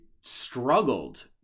struggled